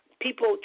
People